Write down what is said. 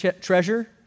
treasure